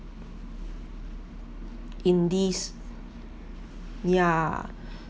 in this yeah